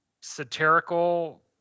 satirical